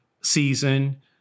season